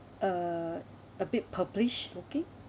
uh a bit purplish looking